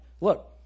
Look